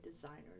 designers